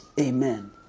Amen